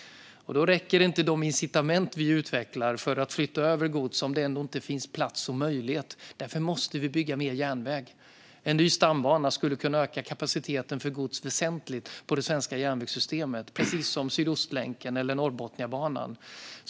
De incitament vi utvecklar för att flytta över gods räcker inte om det ändå inte finns plats och möjlighet. Därför måste vi bygga mer järnväg. En ny stambana skulle väsentligt kunna öka kapaciteten för gods i det svenska järnvägssystemet, precis som Sydostlänken eller Norrbotniabanan.